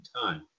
time